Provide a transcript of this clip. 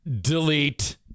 Delete